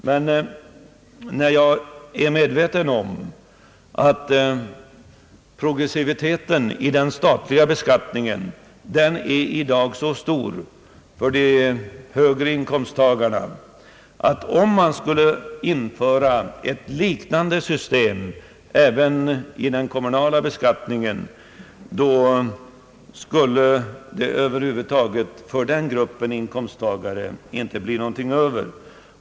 Men jag är medveten om att progressiviteten i den statliga beskattningen är så stor för de högre inkomsttagarna att ett liknande system även i den kommunala beskattningen skulle medföra att det för den gruppen inkomsttagare över huvud taget inte skulle bli någonting över.